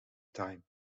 time